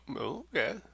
okay